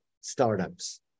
startups